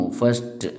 first